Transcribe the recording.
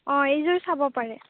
অঁ এইযোৰ চাব পাৰে